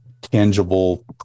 tangible